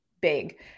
big